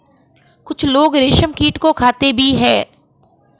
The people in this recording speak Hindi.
कुछ लोग रेशमकीट को खाते भी हैं